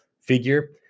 figure